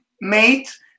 mate